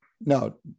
no